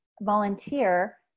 volunteer